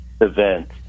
event